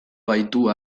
baitu